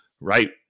Right